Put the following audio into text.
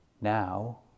Now